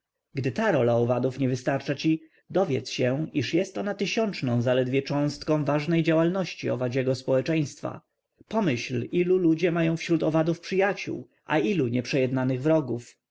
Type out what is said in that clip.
gdy ta rola owadów niewystarcza ci dowiedz się iż jest ona tysiączną zaledwie cząstką ważnej działalności owadziego społeczeństwa pomyśl ilu ludzie mają wśród owadów przyjaciół a ilu nieprzejednanych wrogów